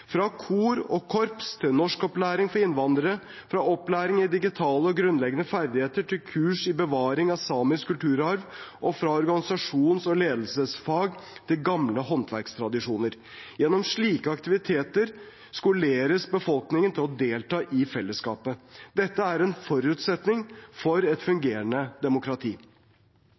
fra kor og korps til norskopplæring for innvandrere, fra opplæring i digitale og grunnleggende ferdigheter til kurs i bevaring av samisk kulturarv, og fra organisasjons- og ledelsesfag til gamle håndverkstradisjoner. Gjennom slike aktiviteter skoleres befolkningen til å delta i felleskapet. Dette er en forutsetning for et fungerende demokrati.